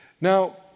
Now